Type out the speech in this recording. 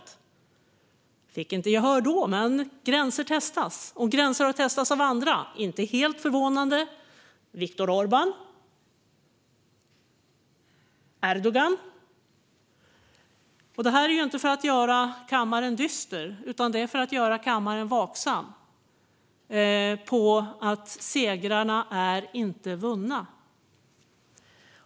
Det fick inte gehör då, men gränser testas. Och gränser har testats av andra, inte helt förvånande av Viktor Orbán och Erdogan. Det här säger jag inte för att göra kammaren dyster utan för att göra kammaren vaksam på att segrarna inte är vunna.